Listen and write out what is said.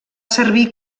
servir